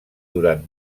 durant